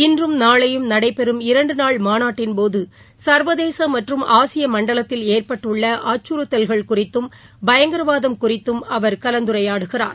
இன்றும் நாளையும் நடைபெறும் இரண்டு நாள் மாநாட்டின் போது சர்வதேச மற்றும் ஆசிய மண்டலத்தில் ஏற்பட்டுள்ள அச்சுறுத்தல்கள் குறித்தும் பயங்கரவாதம் குறித்தும் அவர் கலந்துரையாடுகிறார்